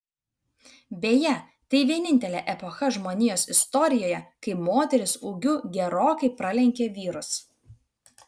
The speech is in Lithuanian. beje tai vienintelė epocha žmonijos istorijoje kai moterys ūgiu gerokai pralenkė vyrus